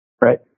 Right